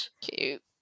Cute